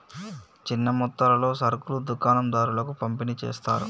చిన్న మొత్తాలలో సరుకులు దుకాణం దారులకు పంపిణి చేస్తారు